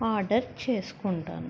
order చేసుకుంటాను